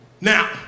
Now